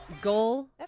Goal